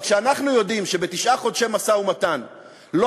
אבל כשאנחנו יודעים שבתשעה חודשי משא-ומתן לא